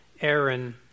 Aaron